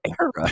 era